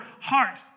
heart